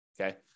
okay